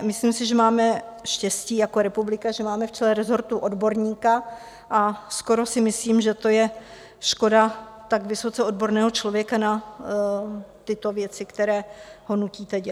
Myslím si, že máme štěstí jako republika, že máme v čele resortu odborníka, a skoro si myslím, že je škoda tak vysoce odborného člověka na tyto věci, které ho nutíte dělat.